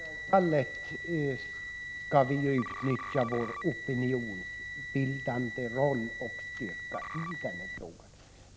Fru talman! Självfallet skall vi fullgöra vår opinionsbildande roll och utnyttja vår styrka i frågan.